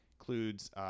includes